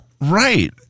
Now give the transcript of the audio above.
Right